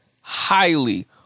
highly